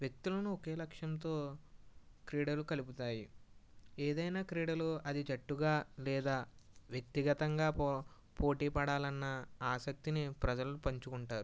వ్యక్తులను ఒకే లక్ష్యంతో క్రీడలు కలుపుతాయి ఏదైనా క్రీడలో అది జట్టుగా లేదా వ్యక్తిగతంగా పో పోటీ పడాలన్నా ఆసక్తిని ప్రజలు పంచుకుంటారు